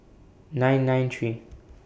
nine nine three